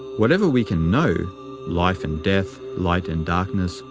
whatever we can know life and death, light and darkness,